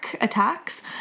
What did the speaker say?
attacks